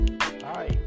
Hi